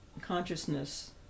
consciousness